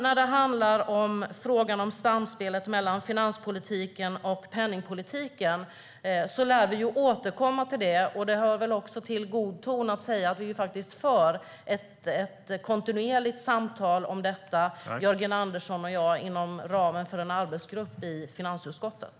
När det handlar om frågan om samspelet mellan finanspolitiken och penningpolitiken: Vi lär återkomma till det. Det hör väl också till god ton att säga att vi är för ett kontinuerligt samtal om detta, Jörgen Andersson och jag, inom ramen för en arbetsgrupp i finansutskottet.